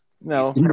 No